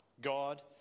God